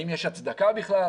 האם יש הצדקה בכלל,